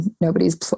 nobody's